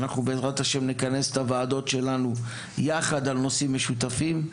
אנחנו בעזרת ה' נכנס את הוועדות שלנו יחד על נושאים משותפים,